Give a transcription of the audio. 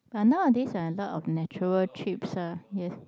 but nowadays got a lot of natural chips ah yes